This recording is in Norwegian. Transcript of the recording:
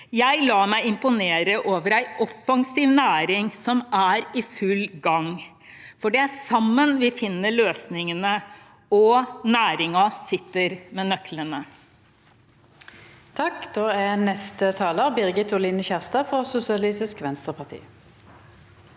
Jeg lar meg imponere over en offensiv næring som er i full gang. Det er sammen vi finner løsningene, og næringen sitter med nøklene.